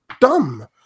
dumb